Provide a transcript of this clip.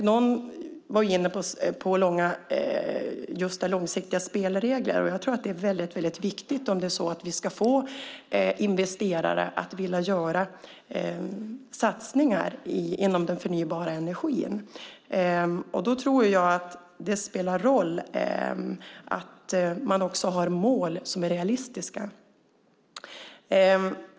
Någon var inne på långsiktiga spelregler. Jag tror att om vi ska få investerare att vilja göra satsningar inom den förnybara energin spelar det roll att vi har mål som är realistiska.